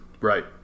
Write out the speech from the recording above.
Right